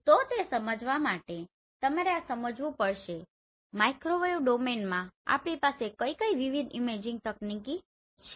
તો તે સમજવા માટે તમારે આ સમજવું પડશે માઇક્રોવેવ ડોમેનમાં આપણી પાસે કઈ કઈ વિવિધ ઇમેજિંગ તકનીકીઓ છે